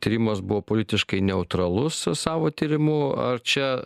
tyrimas buvo politiškai neutralus savo tyrimu ar čia